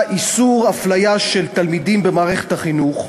"איסור הפליה של תלמידים במערכת החינוך",